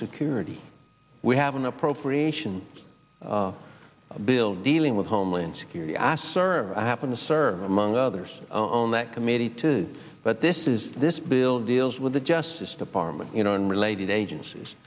security we have an appropriation bill dealing with homeland security i serve i happen to serve among others on that committee to but this is this bill deals with the justice department you know in related agencies